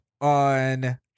on